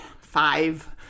five